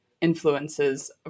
influences